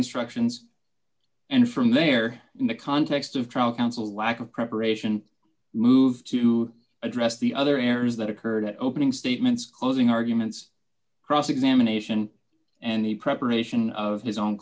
instructions and from there in the context of trial counsel lack of preparation moved to address the other errors that occurred at opening statements closing arguments cross examination and the preparation of his own